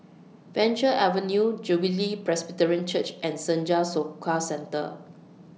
Venture Avenue Jubilee Presbyterian Church and Senja Soka Centre